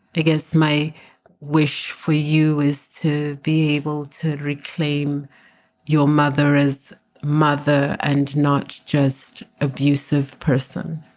i guess my wish for you is to be able to reclaim your mother as mother and not just abusive person